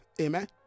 Amen